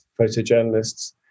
photojournalists